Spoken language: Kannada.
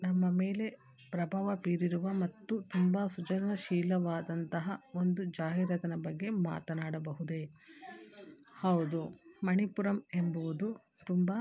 ನಮ್ಮ ಮೇಲೆ ಪ್ರಭಾವ ಬೀರಿರುವ ಮತ್ತು ತುಂಬ ಸೃಜನಶೀಲವಾದಂತಹ ಒಂದು ಜಾಹೀರಾತಿನ ಬಗ್ಗೆ ಮಾತನಾಡಬಹುದೇ ಹೌದು ಮಣಿಪುರಮ್ ಎಂಬುವುದು ತುಂಬ